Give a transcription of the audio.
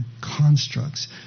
constructs